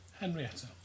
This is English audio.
Henrietta